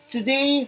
Today